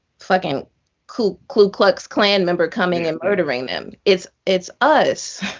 fucking ku ku klux klan member coming and murdering them. it's it's us.